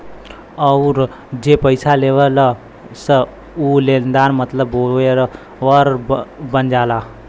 अउर जे पइसा लेहलस ऊ लेनदार मतलब बोरोअर बन जाला